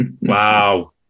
Wow